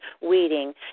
weeding